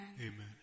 Amen